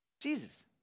Jesus